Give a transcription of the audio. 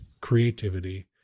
creativity